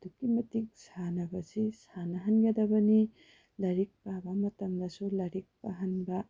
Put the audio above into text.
ꯑꯗꯨꯛꯀꯤ ꯃꯇꯤꯛ ꯁꯥꯟꯅꯕꯁꯤ ꯁꯥꯟꯅꯍꯟꯒꯗꯕꯅꯤ ꯂꯥꯏꯔꯤꯛ ꯄꯥꯕ ꯃꯇꯝꯗꯁꯨ ꯂꯥꯏꯔꯤꯛ ꯄꯥꯍꯟꯕ